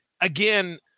again